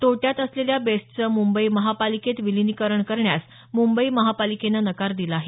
तोट्यात असलेल्या बेस्टचं मुंबई महापालिकेत विलीनीकरण करण्यास मुंबई महापालिकेनं नकार दिला आहे